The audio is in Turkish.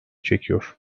çekiyor